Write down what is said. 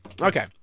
Okay